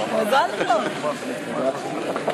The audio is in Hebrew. הכנסת ולאחל לכל חברי הכנסת החדשים מושב מוצלח,